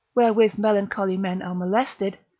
wherewith melancholy men are molested,